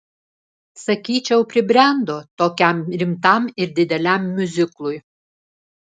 sakyčiau pribrendo tokiam rimtam ir dideliam miuziklui